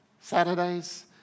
Saturdays